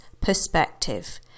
perspective